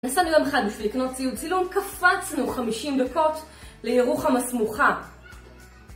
נסענו יום אחד לקנות ציוד צילום, קפצנו 50 דקות לירוחם הסמוכה.